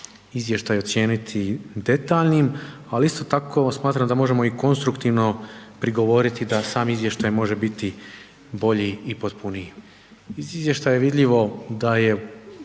izvještaj ocijeniti detaljnim, ali isto tako smatram da možemo i konstruktivno prigovoriti da sam izvještaj može biti bolji i potpuniji. Iz izvještaja je vidljivo da je